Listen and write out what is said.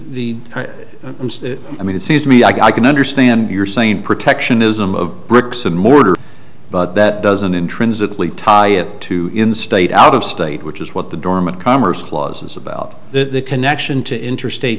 the i mean it seems to me i can understand your saying protectionism of bricks and mortar but that doesn't intrinsically tie it to in state out of state which is what the dormant commerce clause is about the connection to interstate